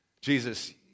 Jesus